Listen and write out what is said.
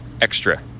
extra